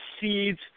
seeds